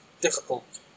difficult